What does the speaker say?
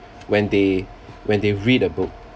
when they when they read a book